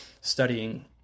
studying